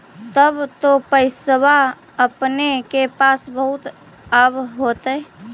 तब तो पैसबा अपने के पास बहुते आब होतय?